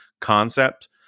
concept